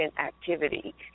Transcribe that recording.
activity